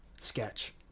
sketch